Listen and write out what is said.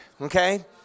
okay